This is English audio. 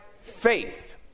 faith